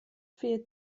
viel